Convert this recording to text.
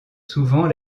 souvent